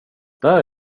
där